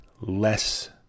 less